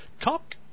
Cock